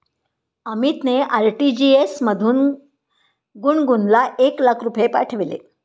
अमितने आर.टी.जी.एस मधून गुणगुनला एक लाख रुपये पाठविले